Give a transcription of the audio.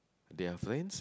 they're friends